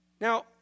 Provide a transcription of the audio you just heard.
Now